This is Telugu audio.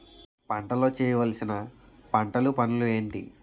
పంటలో చేయవలసిన పంటలు పనులు ఏంటి?